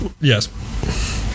Yes